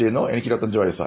ഇപ്പൊ എനിക്ക് 25 വയസ്സായി